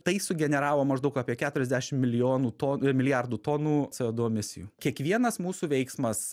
tai sugeneravo maždaug apie keturiasdešimt milijonų to milijardų tonų co du emisijų kiekvienas mūsų veiksmas